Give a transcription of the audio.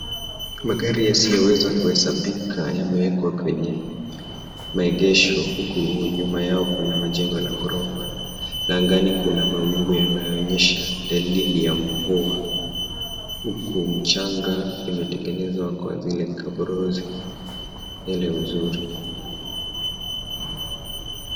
Magari yasiyoweza kuhesabika yamewekwa kwenye maegesho huku nyuma yao kuna majengo ya ghorofa na angani kuna mawingu yanayoonyesha dalili ya mvua huku mchanga imetengenezwa kwa ajili ya kaburosi ile mzuri.